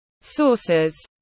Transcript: Sources